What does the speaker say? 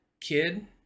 kid